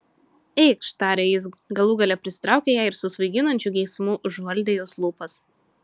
eikš tarė jis galų gale prisitraukė ją ir su svaiginančiu geismu užvaldė jos lūpas